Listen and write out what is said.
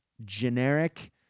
generic